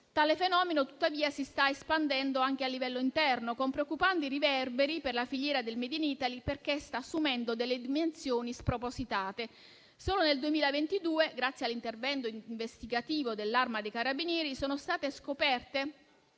Tale fenomeno, tuttavia, si sta espandendo anche a livello interno, con preoccupanti riverberi per la filiera del *made in Italy*, perché sta assumendo delle dimensioni spropositate. Solo nel 2022, grazie all'intervento investigativo dell'Arma dei carabinieri, sono state scoperte